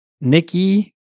Nikki